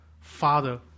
Father